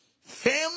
family